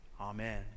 Amen